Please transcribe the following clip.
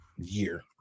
year